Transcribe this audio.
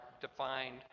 defined